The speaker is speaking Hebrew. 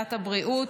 לוועדת הבריאות.